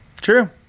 true